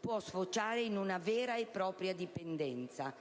può sfociare in una vera e propria dipendenza.